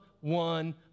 one